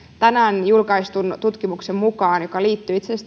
tänään julkaistun tutkimuksen mukaan joka liittyy